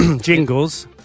Jingles